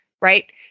Right